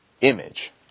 image